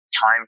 time